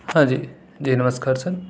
ہاں جی جی نمسکار سر